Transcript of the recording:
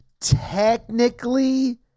technically